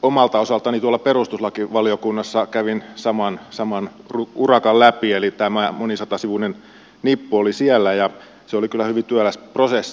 omalta osaltani tuolla perustuslakivaliokunnassa kävin saman urakan läpi eli tämmöinen monisatasivuinen nippu oli siellä ja se oli kyllä hyvin työläs prosessi